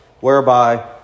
Whereby